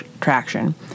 traction